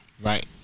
Right